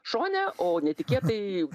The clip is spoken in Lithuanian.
šone o netikėtai